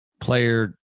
player